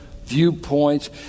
viewpoints